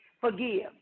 forgive